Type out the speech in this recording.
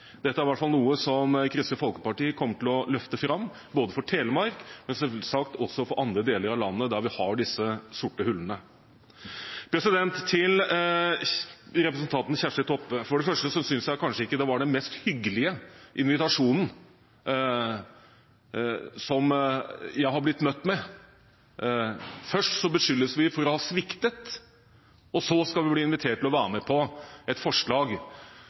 Dette er i hvert fall noe Kristelig Folkeparti kommer til å løfte fram ikke bare for Telemark, men selvsagt også for andre deler av landet der vi har disse sorte hullene. Til representanten Kjersti Toppe: For det første synes jeg kanskje ikke det var den hyggeligste invitasjonen jeg har blitt møtt med. Først beskyldes vi for å ha sviktet, og så skal vi bli invitert til å være med på et forslag